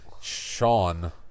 Sean